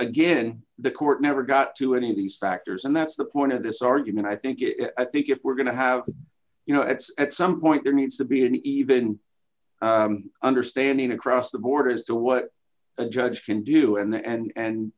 again the court never got to any of these factors and that's the point of this argument i think it i think if we're going to have you know it's at some point there needs to be an even understanding across the board as to what a judge can do and